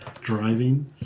driving